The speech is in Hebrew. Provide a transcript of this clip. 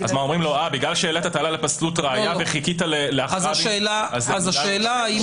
אומרים לו: בגלל שהעלית טענה לפסלות ראיה וחיכית להכרעה --- השאלה האם